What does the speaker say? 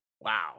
Wow